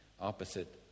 opposite